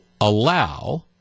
allow